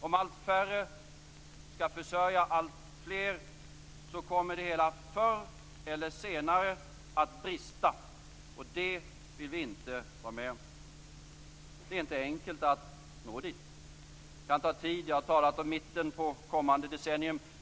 Om allt färre människor skall försörja alltfler människor kommer det hela förr eller senare att brista, och det vill vi inte vara med om. Det är inte enkelt att nå dit. Det kan ta tid. Jag har talat om mitten på kommande decennium.